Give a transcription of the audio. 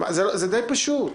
זה די פשוט.